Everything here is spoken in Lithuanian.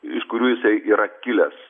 iš kurių jisai yra kilęs